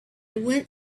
went